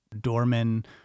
doorman